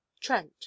trent